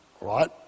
Right